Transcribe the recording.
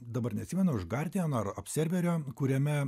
dabar neatsimenu iš gardiano ar observerio kuriame